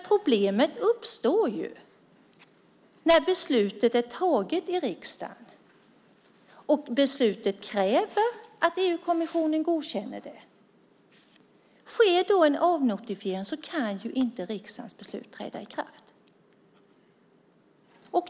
Problemet uppstår när beslutet i riksdagen är taget och det krävs att EU-kommissionen godkänner det. Sker då en avnotifiering kan riksdagens beslut inte träda i kraft.